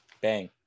Bang